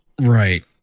Right